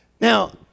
Now